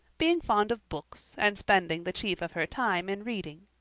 being fond of books and spending the chief of her time in reading.